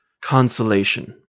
consolation